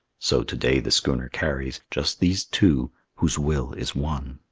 so to-day the schooner carries just these two whose will is one.